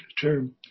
term